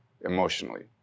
emotionally